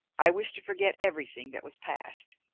i wished to forget everything that was past.